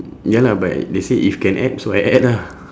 ya lah but they say if can add so I add ah